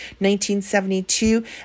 1972